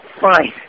fine